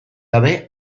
gabe